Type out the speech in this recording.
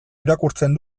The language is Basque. irakurtzen